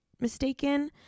mistaken